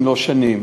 אם לא שנים.